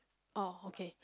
orh okay